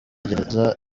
gereza